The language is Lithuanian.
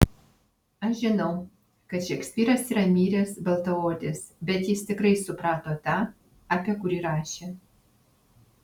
aš žinau kad šekspyras yra miręs baltaodis bet jis tikrai suprato tą apie kurį rašė